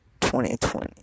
2020